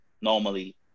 Normally